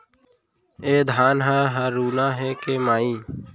ए धान ह हरूना हे के माई?